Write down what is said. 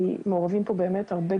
לדעת